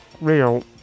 real